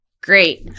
Great